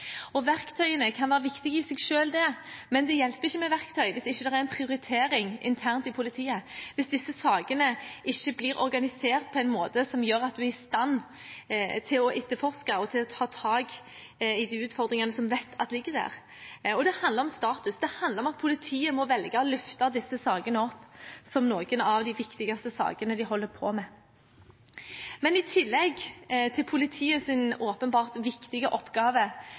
har. Verktøyene kan være viktige i seg selv, men det hjelper ikke med verktøy hvis ikke det er en prioritering internt i politiet, hvis disse sakene ikke blir organisert på en måte som gjør at man er i stand til å etterforske og til å ta tak i de utfordringene som vi vet ligger der. Og det handler om status. Det handler om at politiet må velge å løfte disse sakene opp som noen av de viktigste sakene de holder på med. I tillegg til politiets åpenbart viktige oppgave